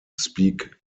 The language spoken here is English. speak